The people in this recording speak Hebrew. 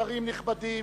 שרים נכבדים,